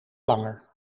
langer